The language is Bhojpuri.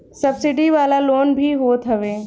सब्सिडी वाला लोन भी होत हवे